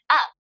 up